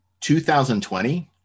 2020